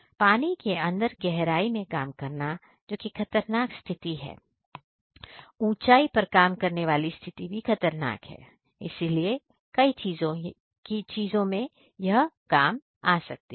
पानी के अंदर गहराई में काम करना जो की खतरनाक स्थिति है ऊंचाई पर काम करने वाली स्थिति भी खतरनाक है इसलिए कई चीजें यहां की जा सकती हैं